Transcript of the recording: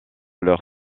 leur